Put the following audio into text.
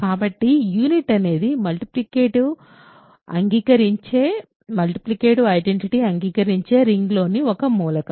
కాబట్టి యూనిట్ అనేది multiplicative identity అంగీకరించే రింగ్లోని ఒక మూలకం